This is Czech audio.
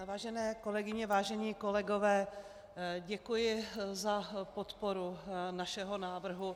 Vážené kolegyně, vážení kolegové, děkuji za podporu našeho návrhu.